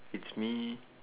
it's me